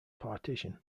partition